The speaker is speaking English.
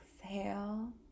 exhale